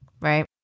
right